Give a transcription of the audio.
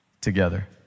together